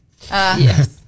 yes